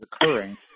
occurring